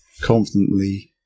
confidently